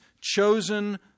chosen